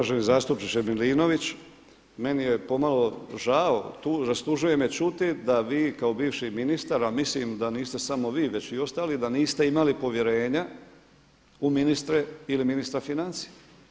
Uvaženi zastupniče Milinović, meni je pomalo žao, tu rastužuje me čuti da vi kao bivši ministar, a mislim da niste samo vi, već i ostali da niste imali povjerenja u ministre ili ministar financija.